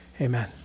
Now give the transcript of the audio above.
Amen